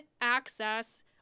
access